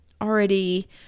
already